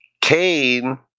cain